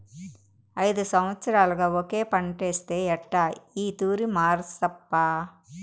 ఐదు సంవత్సరాలుగా ఒకే పంటేస్తే ఎట్టా ఈ తూరి మార్సప్పా